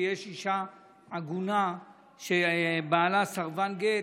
בכרטיסי אשראי כשיש אישה עגונה שבעלה סרבן גט.